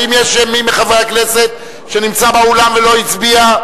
האם יש מי מחברי הכנסת שנמצא באולם ולא הצביע?